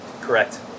Correct